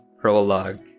prologue